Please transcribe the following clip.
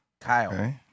Kyle